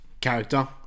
character